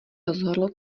rozhodlo